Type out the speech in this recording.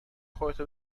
خودتو